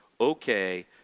okay